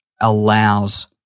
allows